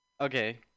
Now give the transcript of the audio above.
Okay